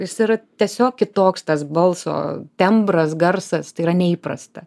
jis yra tiesiog kitoks tas balso tembras garsas tai yra neįprasta